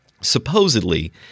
Supposedly